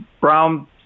brown